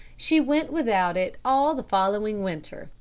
she went without it all the following winter,